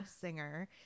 singer